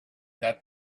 that